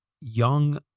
young